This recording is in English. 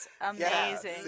amazing